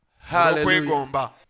Hallelujah